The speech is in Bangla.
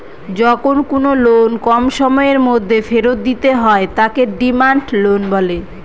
যখন কোনো লোন কম সময়ের মধ্যে ফেরত দিতে হয় তাকে ডিমান্ড লোন বলে